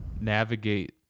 navigate